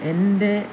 എൻ്റെ